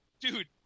dude